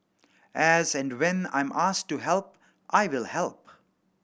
as and when I'm asked to help I will help